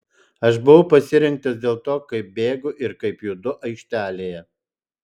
aš buvau pasirinktas dėl to kaip bėgu ir kaip judu aikštelėje